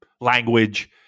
language